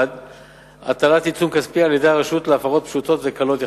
1. הטלת עיצום כספי על-ידי הרשות להפרות פשוטות וקלות יחסית,